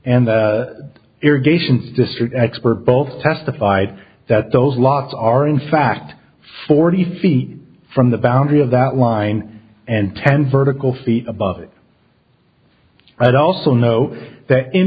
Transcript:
and irrigation district expert both testified that those locks are in fact forty feet from the boundary of that line and ten vertical feet above it i'd also know that in